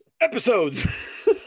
episodes